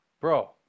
Bro